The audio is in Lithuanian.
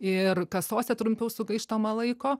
ir kasose trumpiau sugaištama laiko